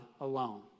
alone